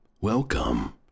welcome